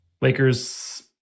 Lakers